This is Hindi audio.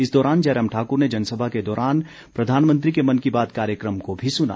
इस दौरान जयराम ठाकुर ने जनसभा के दौरान प्रधानमंत्री के मन की बात कार्यक्रम को भी सुना